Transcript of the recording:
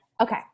Okay